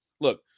look